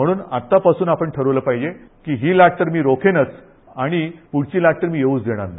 म्हणून आत्तापासून आपण ठरवलं पाहिजे की ही लाट तर मी रोकेनच आणि पुढची लाट तर मी येऊच देणार नाही